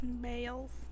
Bales